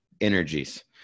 energies